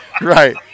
Right